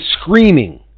screaming